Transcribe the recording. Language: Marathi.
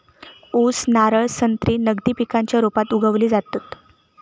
ऊस, नारळ, संत्री नगदी पिकांच्या रुपात उगवली जातत